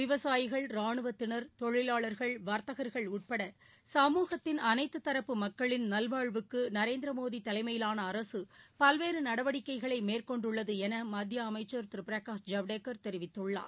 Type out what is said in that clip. விவசாயிகள் ரானுவத்தினர் தொழிலாளர்கள் வர்த்தகர்கள் உட்பட சமூகத்தின் அனைத்து தரப்பு மக்களின் நல்வாழ்வுக்கு நரேந்திரமோடி தலைமையிலாள அரசு பல்வேறு நடவடிக்கைகளை மேற்கொண்டுள்ளது என மத்திய அமைச்சர் திரு பிரகாஷ் ஜவடேகர் தெரிவித்துள்ளார்